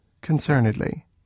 Concernedly